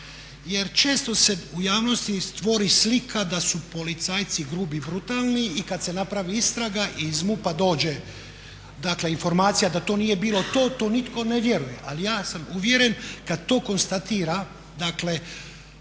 Jer često se u javnosti stvori slika da su policajci grubi i brutalni i kad se napravi istraga i iz MUP-a dođe informacija da to nije bilo to to nitko ne vjeruje, ali ja sam uvjeren kad to konstatira dakle